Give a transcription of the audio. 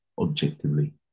objectively